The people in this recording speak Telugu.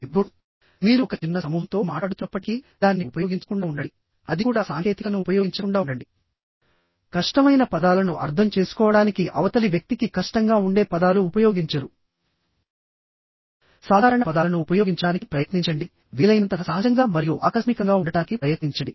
ఇప్పుడు మీరు ఒక చిన్న సమూహంతో మాట్లాడుతున్నప్పటికీ దాన్ని ఉపయోగించకుండా ఉండండిఅది కూడా సాంకేతికతను ఉపయోగించకుండా ఉండండి కష్టమైన పదాలను అర్థం చేసుకోవడానికి అవతలి వ్యక్తికి కష్టంగా ఉండే పదాలు ఉపయోగించరు సాధారణ పదాలను ఉపయోగించడానికి ప్రయత్నించండి వీలైనంత సహజంగా మరియు ఆకస్మికంగా ఉండటానికి ప్రయత్నించండి